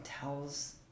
tells